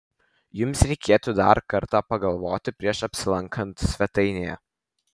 jums reikėtų dar kartą pagalvoti prieš apsilankant svetainėje